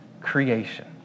creation